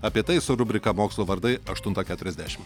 apie tai su rubrika mokslo vardai aštuntą keturiasdešimt